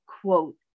quote